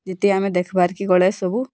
ଯେତେ ଆମେ ଦେଖବାର୍କେ ଗଳେ ସବୁ